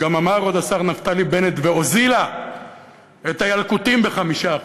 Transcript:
וגם אמר עוד השר נפתלי בנט: והוזילה את הילקוטים ב-5%,